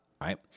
right